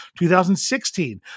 2016